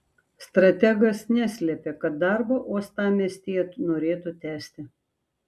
strategas neslėpė kad darbą uostamiestyje norėtų tęsti